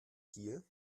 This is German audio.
kiel